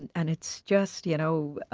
and and it's just you know